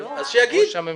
אז שיגיד.